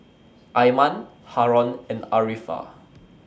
Iman Haron and Arifa